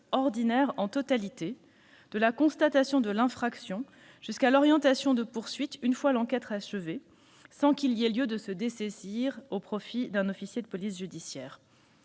ordinaires en totalité, de la constatation de l'infraction jusqu'à l'orientation de poursuites une fois l'enquête achevée, sans qu'il y ait lieu de se dessaisir au profit d'un officier de police judiciaire,